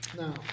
now